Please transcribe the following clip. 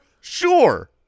sure